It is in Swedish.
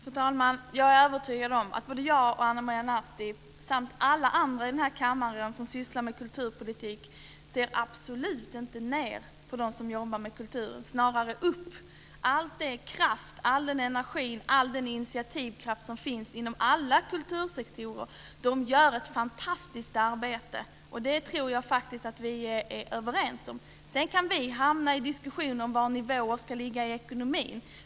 Fru talman! Jag är övertygad om att både jag och Ana Maria Narti samt alla andra i den här kammaren som sysslar med kulturpolitik absolut inte ser ned på dem som jobbar med kulturen - snarare upp. Vi ser all den kraft, all den energi och all den initiativkraft som finns inom alla kultursektorer. De gör ett fantastiskt arbete. Det tror att vi är överens om. Sedan kan vi hamna i diskussioner om var nivåer ska ligga i ekonomin.